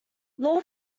law